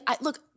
look